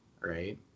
right